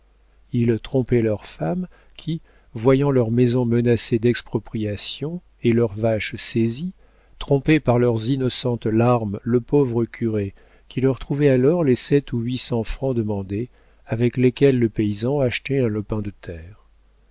ils trompaient leurs femmes qui voyant leur maison menacée d'expropriation et leurs vaches saisies trompaient par leurs innocentes larmes le pauvre curé qui leur trouvait alors les sept ou huit cents francs demandés avec lesquels le paysan achetait un lopin de terre